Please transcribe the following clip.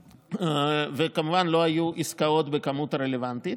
וכמובן לא היו עסקאות בכמות הרלוונטית,